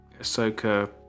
Ahsoka